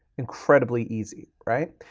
incredibly easy, right?